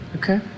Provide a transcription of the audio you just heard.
Okay